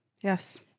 yes